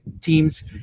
teams